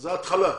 וזו ההתחלה.